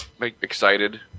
excited